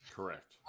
Correct